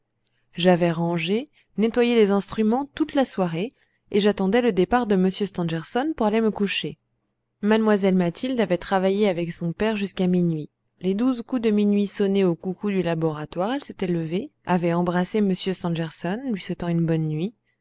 j'avais rangé nettoyé des instruments toute la soirée et j'attendais le départ de m stangerson pour aller me coucher mlle mathilde avait travaillé avec son père jusqu'à minuit les douze coups de minuit sonnés au coucou du laboratoire elle s'était levée avait embrassé m stangerson lui souhaitant une bonne nuit